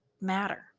matter